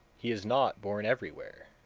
he is not born everywhere.